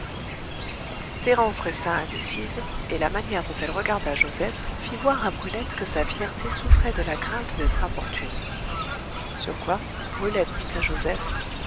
thérence resta indécise et la manière dont elle regarda joseph fit voir à brulette que sa fierté souffrait de la crainte d'être importune sur quoi brulette dit à joseph